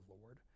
Lord